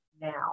now